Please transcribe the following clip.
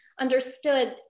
understood